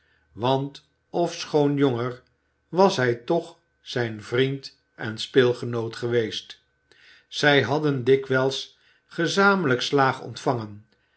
want ofschoon jonger was hij toch zijn vriend en speelgenoot geweest zij hadden dikwijls gezamenlijk slaag ontvangen